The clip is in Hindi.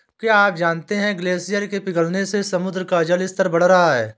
क्या आप जानते है ग्लेशियर के पिघलने से समुद्र का जल स्तर बढ़ रहा है?